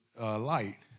light